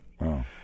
Wow